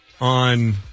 on